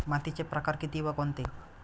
मातीचे प्रकार किती व कोणते?